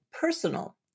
personal